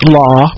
law